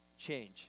change